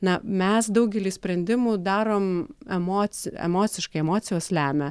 na mes daugelį sprendimų darom emoci emociškai emocijos lemia